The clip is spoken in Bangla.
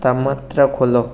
তাপমাত্রা খোলো